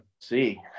see